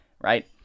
right